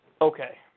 Okay